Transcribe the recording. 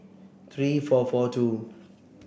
three four four two